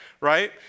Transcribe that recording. right